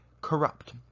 corrupt